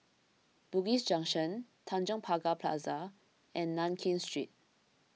Bugis Junction Tanjong Pagar Plaza and Nankin Street